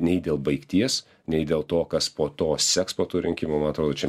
nei dėl baigties nei dėl to kas po to seks po tų rinkimų man atrodo čia